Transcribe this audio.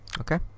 okay